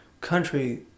country